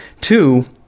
Two